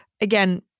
again